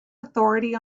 authority